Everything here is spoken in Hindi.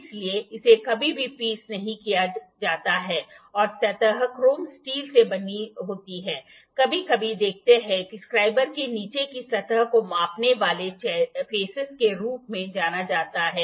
इसलिए इसे कभी भी पीस नहीं किया जाता है और सतह क्रोम स्टील से बनी होती है कभी कभी देखते हैं कि स्क्राइबर के नीचे की सतह को मापने वाले चेहरे के रूप में जाना जाता है